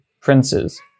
princes